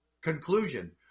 conclusion